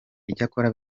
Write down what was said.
icyakora